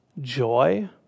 joy